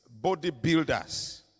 bodybuilders